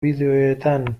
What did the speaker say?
bideoetan